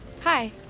hi